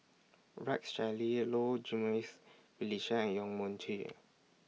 Rex Shelley Low Jimenez Felicia and Yong Mun Chee